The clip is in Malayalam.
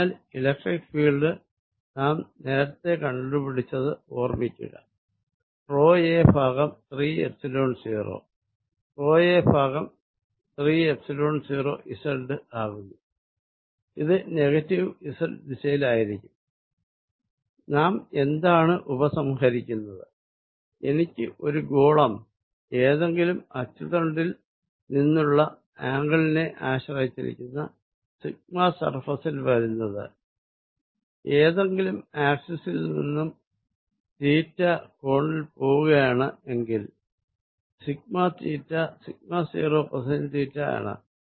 അതിനാൽ ഇലക്ട്രിക്ക് ഫീൽഡ് നാം നേരത്തെ കണ്ടുപിടിച്ചത് ഓർമ്മിക്കുക റോ എ ഭാഗം 3 എപ്സിലോൺ 0 റോ എ ഭാഗം 3 എപ്സിലോൺ 0 z ആകുന്നു ഇത് നെഗറ്റീവ് z ദിശയിൽ ആയിരിക്കും നാം എന്താണ് ഉപസംഹരിക്കുന്നത് എനിക്ക് ഒരു ഗോളം ഏതെങ്കിലും ആക്സിസിൽ നിന്നുള്ള ആംഗിളിനെ ആശ്റയിച്ചിരിക്കുന്ന സിഗ്മ സർഫേസ്ൽ വരുന്നത് ഏതെങ്കിലും ആക്സിസിൽ നിന്നും തീറ്റ കോണിൽ പോകുകയാണ് എങ്കിൽ sigma theta sigma 0 cosine theta ആണ്